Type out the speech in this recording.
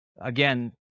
again